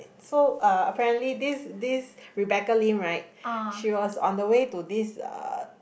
so uh apparently this this Rebecca-Lim right she was on the way to this uh